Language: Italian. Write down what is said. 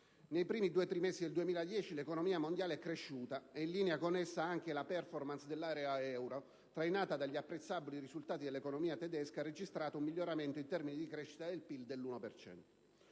Nei primi due trimestri del 2010 l'economia mondiale è cresciuta - in linea con essa, anche la *performance* dell'area euro, trainata dagli apprezzabili risultati dell'economia tedesca - e ha registrato un miglioramento in termini di crescita del PIL dell'uno